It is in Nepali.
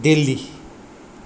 दिल्ली